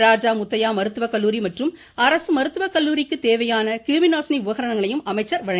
ராஜா முத்தையா மருத்துவ கல்லுாரி மற்றும் அரசு மருத்துவகல்லுாரிக்கு தேவையான கிருமி நாசினி உபகரணங்களையும் அமைச்சர் வழங்கினாா